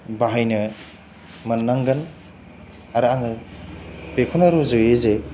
बाहायनो मोननांगोन आरो आङो बेखौनो रुजुयो जे